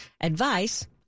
Advice